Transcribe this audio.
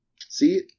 see